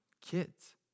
kids